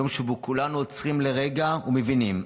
יום שבו כולנו עוצרים לרגע ומבינים.